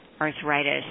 arthritis